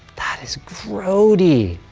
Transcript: that is grody.